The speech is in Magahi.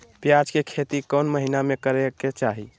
प्याज के खेती कौन महीना में करेके चाही?